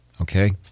okay